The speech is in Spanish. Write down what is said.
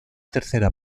tercera